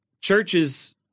churches